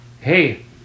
hey